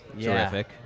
terrific